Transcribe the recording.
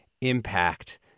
impact